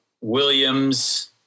Williams